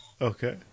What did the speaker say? Okay